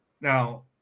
now